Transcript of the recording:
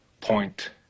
point